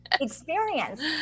experience